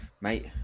mate